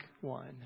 one